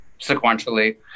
sequentially